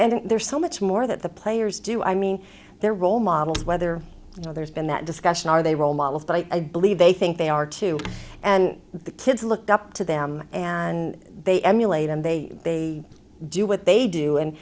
and there's so much more that the players do i mean their role models whether there's been that discussion are they role models but i believe they think they are two and the kids looked up to them and they emulate and they do what they do and